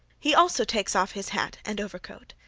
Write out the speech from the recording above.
he also takes off his hat and overcoat,